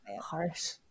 harsh